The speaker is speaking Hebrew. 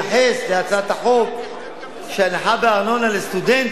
להצעת החוק להנחה בארנונה לסטודנטים.